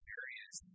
areas